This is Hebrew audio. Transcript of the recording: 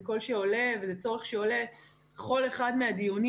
זה קול שעולה וזה לצורך שעולה בכל אחד מהדיונים